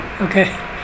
Okay